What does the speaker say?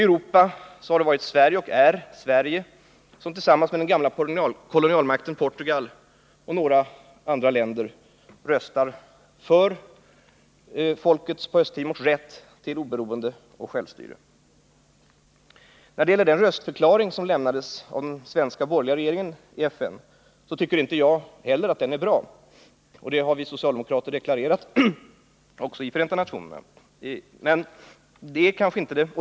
I Europa har det varit och är det Sverige som tillsammans med den gamla kolonialmakten Portugal och några andra länder röstar för Östtimors folks rätt till oberoende och självstyre. När det gäller den röstförklaring som lämnades av den svenska borgerliga regeringen i FN, så tycker inte jag heller att den är bra. Denna åsikt har vi socialdemokrater också deklarerat i FN.